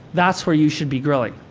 that's where you should be grilling.